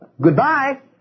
goodbye